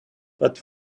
but